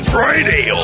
Friday